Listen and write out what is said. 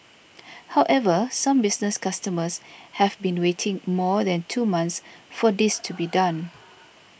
however some business customers have been waiting more than two months for this to be done